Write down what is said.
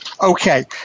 Okay